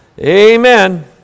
Amen